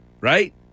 right